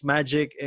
Magic